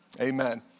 Amen